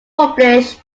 published